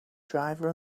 driver